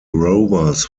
rovers